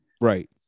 Right